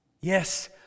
Yes